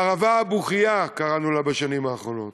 הערבה הבוכייה, קראנו לה בשנים האחרונות,